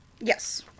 Yes